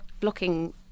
blocking